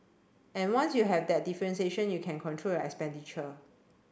and once you have that differentiation you can control your expenditure